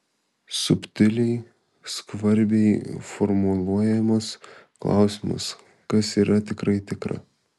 subtiliai skvarbiai formuluojamas klausimas kas yra tikrai tikra